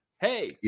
Hey